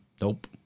nope